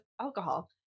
alcohol